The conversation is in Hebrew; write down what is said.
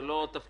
זה לא תפקידי,